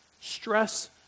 stress